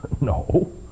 No